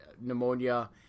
pneumonia